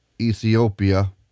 Ethiopia